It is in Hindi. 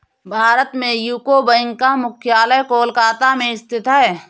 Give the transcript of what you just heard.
भारत में यूको बैंक का मुख्यालय कोलकाता में स्थित है